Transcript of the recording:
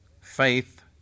faith